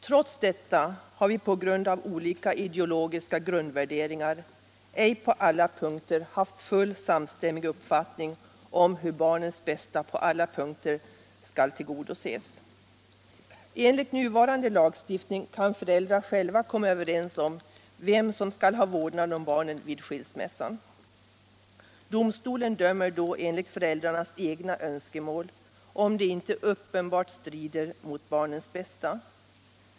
Trots detta har vi på grund av olika ideologiska grundvärderingar inte på alla punkter haft en fullt samstämmig uppfattning om hur barnens bästa i olika situationer skall tillgodoses. Enligt nuvarande lagstiftning kan föräldrar själva komma överens om vem av dem som skall ha vårdnaden om barnen vid skilsmässa. Domstolen dömer då enligt föräldrarnas egna önskemål om det inte uppenbart strider mot barnens bästa.